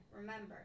remember